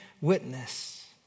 witness